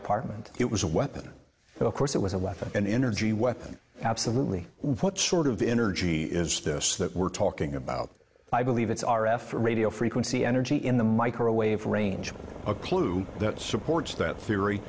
apartment it was a weapon of course it was a weapon an energy weapon absolutely what sort of energy is this that we're talking about i believe it's our f for radio frequency energy in the microwave range a clue that supports that theory